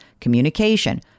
communication